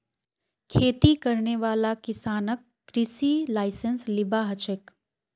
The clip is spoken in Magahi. खेती करने वाला किसानक कृषि लाइसेंस लिबा हछेक